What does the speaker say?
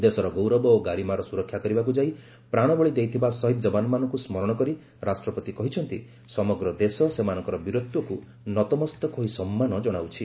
ଦେଶର ଗୌରବ ଓ ଗାରିମାର ସୁରକ୍ଷା କରିବାକୁ ଯାଇ ପ୍ରାଣବଳୀ ଦେଇଥିବା ସହିଦ୍ ଯବାନମାନଙ୍କୁ ସ୍ମରଣ କରି ରାଷ୍ଟ୍ରପତି କହିଛନ୍ତି ସମଗ୍ର ଦେଶ ସେମାନଙ୍କର ବୀରତ୍ୱକୁ ନତମସ୍ତକ ହୋଇ ସମ୍ମାନ ଜଣାଉଛି